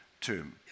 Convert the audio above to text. tomb